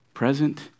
Present